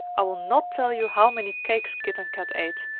i will not tell you how many cakes kit and kat ate,